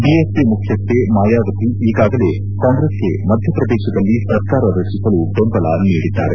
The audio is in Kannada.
ಬಿಎಸ್ಪಿ ಮುಖ್ಲಿಸ್ಡೆ ಮಾಯಾವತಿ ಈಗಾಗಲೇ ಕಾಂಗ್ರೆಸ್ಗೆ ಮಧ್ಯಪ್ರದೇಶದಲ್ಲಿ ಸರ್ಕಾರ ರಚಿಸಲು ಬೆಂಬಲ ನೀಡಿದ್ದಾರೆ